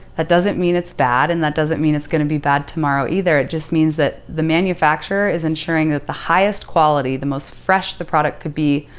that doesn't mean it's bad and that doesn't mean it's going to be bad tomorrow either. it just means that the manufacturer is ensuring that the highest quality, the most fresh the product could be,